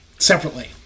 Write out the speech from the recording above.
Separately